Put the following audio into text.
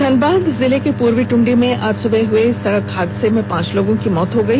धनबाद जिले के पूर्वी टुंडी में आज सुबह हुये एक सड़क हादसे में पांच लोगों की मौत गई